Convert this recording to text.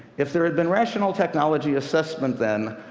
if there had been rational technology assessment then,